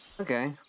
Okay